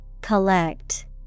Collect